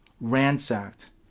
ransacked